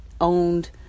owned